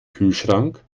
kühlschrank